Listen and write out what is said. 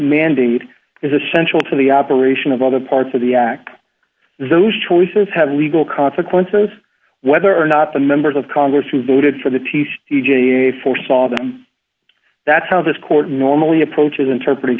mandate is essential to the operation of all the parts of the act those choices have legal consequences whether or not the members of congress who voted for the t c g a foresaw them that's how this court normally approaches interpret